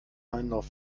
einlauf